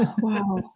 Wow